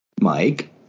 Mike